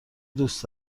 دوست